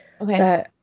okay